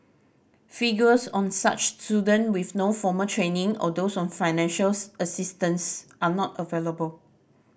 figures on such student with no formal training or those on financial assistance are not available